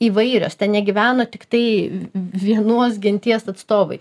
įvairios ten negyveno tiktai vienos genties atstovai